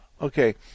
Okay